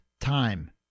time